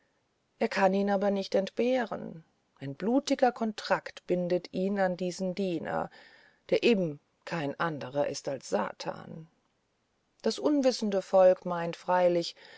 er kann ihn aber nicht entbehren ein blutiger kontrakt bindet ihn an diesen diener der eben kein andrer ist als satan das unwissende volk meint freilich